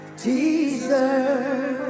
deserve